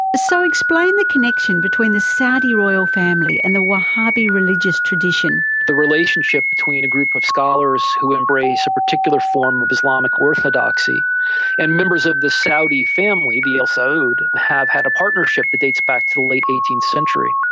so explain the connection between the saudi royal family and the wahhabi religious tradition. the relationship between a group of scholars who embrace a particular form of islamic orthodoxy and members of the saudi family, the al saud, have had a partnership that dates back to the late eighteenth century.